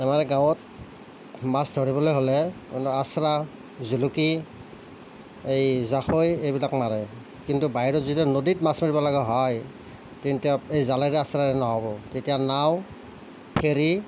আমাৰ গাঁৱত মাছ ধৰিবলৈ হ'লে লাচৰা জুলুকি এই জাকৈ এইবিলাক মাৰে কিন্তু বাহিৰত যেতিয়া নদীত মাছ মাৰিবলগা হয় তেন্তে এই জালা লাচৰাৰে নহ'ব তেতিয়া নাও ফেৰী